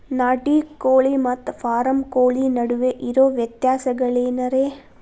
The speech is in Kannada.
ನಾಟಿ ಕೋಳಿ ಮತ್ತ ಫಾರಂ ಕೋಳಿ ನಡುವೆ ಇರೋ ವ್ಯತ್ಯಾಸಗಳೇನರೇ?